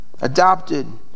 adopted